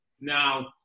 Now